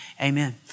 amen